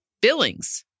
Billings